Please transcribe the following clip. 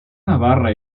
navarra